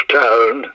town